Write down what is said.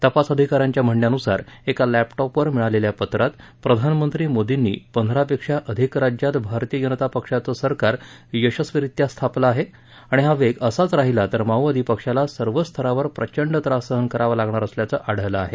तपास अधिका यांच्या म्हणण्यानुसार एका लॅपटॉपवर मिळालेल्या पत्रात प्रधानमंत्री मोदींनी पंधरापेक्षा अधिक राज्यांत भारतीय जनता पक्षाचे सरकार यशस्वीरित्या स्थापले आहे आणि हा वेग असाच राहिल्यास माओवादी पक्षाला सर्वच स्तरावर प्रचंड त्रास सहन करावा लागणार असल्याचं आढळलं आहे